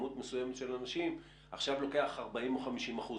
כמות מסוימת של אנשים עכשיו לוקח 40% או 50% מזה.